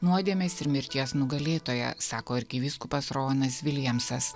nuodėmės ir mirties nugalėtoją sako arkivyskupas rovanas viljamsas